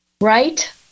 Right